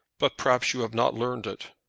but perhaps you have not learned it?